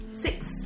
Six